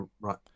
right